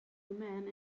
man